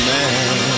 Man